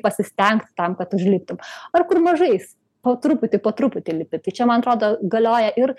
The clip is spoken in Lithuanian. pasistengt tam kad užliptum ar kur mažais po truputį po truputį lipi tai čia man atrodo galioja ir